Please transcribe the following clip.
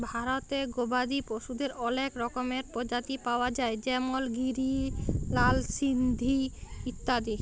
ভারতে গবাদি পশুদের অলেক রকমের প্রজাতি পায়া যায় যেমল গিরি, লাল সিন্ধি ইত্যাদি